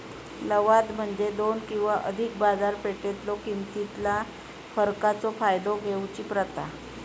लवाद म्हणजे दोन किंवा अधिक बाजारपेठेतलो किमतीतला फरकाचो फायदा घेऊची प्रथा